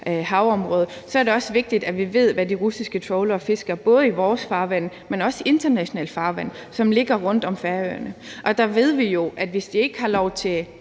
havområde, er det også vigtigt, at vi ved, hvad de russiske trawlere fisker, både i vores farvande, men også i det internationale farvand, som ligger rundt om Færøerne. Der ved vi jo, at de, hvis de ikke har lov til